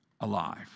alive